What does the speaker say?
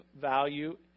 value